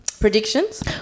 predictions